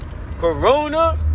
Corona